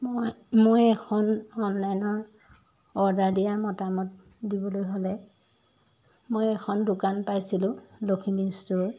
মই মই এখন অনলাইনৰ অৰ্ডাৰ দিয়া মতামত দিবলৈ হ'লে মই এখন দোকান পাইছিলোঁ লখিমী ষ্ট'ৰ